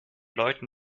leuten